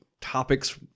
topics